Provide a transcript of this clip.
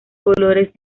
colores